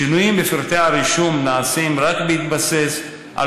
שינויים בפרטי הרישום נעשים רק בהתבסס על